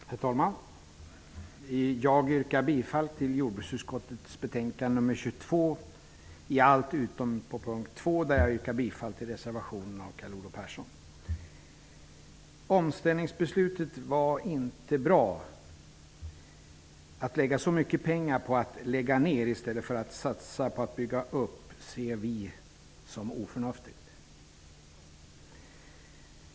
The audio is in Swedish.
Herr talman! Jag yrkar bifall till hemställan i jordbruksutskottets betänkande JoU22 utom på punkt 2 där jag yrkar bifall till reservationen av Carl Omställningsbeslutet var inte bra. Att lägga så mycket pengar på att lägga ned i stället för att satsa på att bygga upp ser vi som oförnuftigt.